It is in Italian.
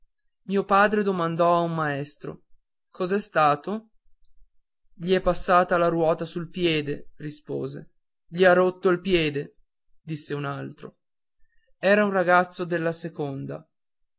mio padre domandò a un maestro cos'è stato gli è passata la ruota sul piede rispose gli ha rotto il piede disse un altro era un ragazzo della seconda